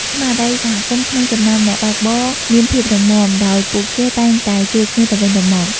ស្មារតីសហគមន៍ក្នុងចំណោមអ្នកបើកបរមានភាពរឹងមាំ ដោយពួកគេតែងតែជួយគ្នាទៅវិញទៅមក។